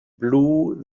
blew